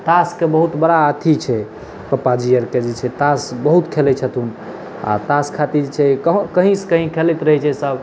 तासकेँ बहुत बड़ा अथी छै पापा जी आरकेँ जे छै तास बहुत खेलै छथिन आ तास खातिर जे छै कहीं सँ कहीं खेलैत रहै छै सब